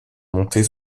montés